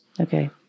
Okay